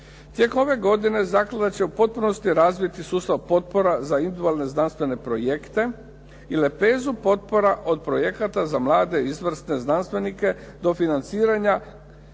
Tek ove godine zaklada će u potpunosti razviti sustav potpora za individualne znanstvene projekte i lepezu potpora od projekata za mlade izvrsne znanstvenike do financiranja